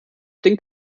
ding